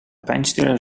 pijnstiller